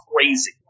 crazy